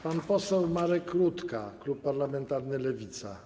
Pan poseł Marek Rutka, klub parlamentarny Lewica.